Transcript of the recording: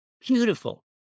beautiful